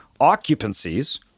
occupancies